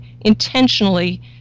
intentionally